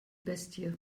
bestie